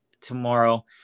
tomorrow